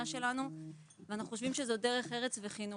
שלנו ואנחנו גם חושבים שמדובר בדרך ארץ ובחינוך.